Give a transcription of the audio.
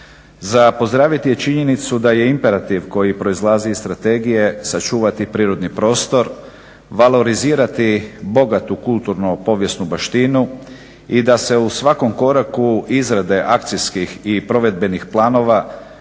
Za pozdraviti je činjenicu da je imperativ koji proizlazi iz strategije sačuvati prirodni prostor, valorizirati bogatu kulturno povijesnu baštinu i da se u svakom koraku izrade akcijskih i provedbenih planova